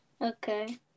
Okay